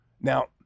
Now